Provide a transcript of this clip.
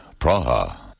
Praha